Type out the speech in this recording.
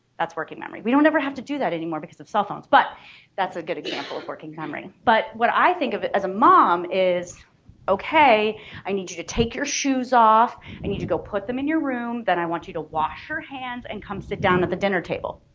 that's working memory. we don't ever have to do that anymore because of cell phones, but that's a good example of working memory. but what i think of as a mom is okay i need you to take your shoes off i need to go put them in your room then i want you to wash her hands and come sit down to the dinner table.